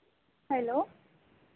hello